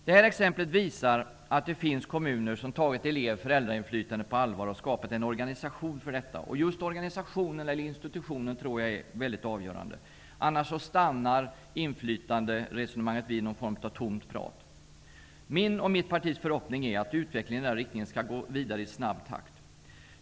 Det här exemplet visar att det finns kommuner som har tagit elev och föräldrainflytandet på allvar och skapat en organisation för detta. Just organisationen eller institutionen är väldigt avgörande, annars finns det risk för att inflytanderesonemanget stannar vid tomt prat. Min och mitt partis förhoppning är att utvecklingen i den riktningen skall gå vidare i snabb takt.